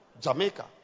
Jamaica